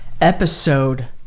episode